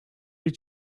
did